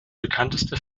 bekannteste